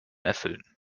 erfüllen